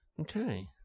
Okay